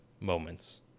moments